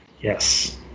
Yes